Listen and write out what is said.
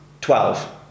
twelve